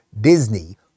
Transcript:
Disney